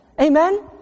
Amen